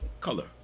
color